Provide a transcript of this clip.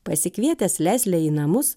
pasikvietęs leslę į namus